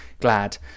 glad